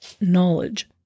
knowledge